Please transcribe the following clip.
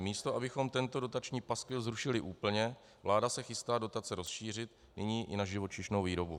Místo toho, abychom tento dotační paskvil zrušili úplně, vláda se chystá dotace rozšířit nyní i na živočišnou výrobu.